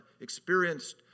experienced